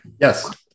Yes